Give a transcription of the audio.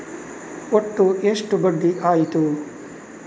ಒಟ್ಟು ಎಷ್ಟು ಬಡ್ಡಿ ಆಯಿತು?